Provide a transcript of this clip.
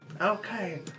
Okay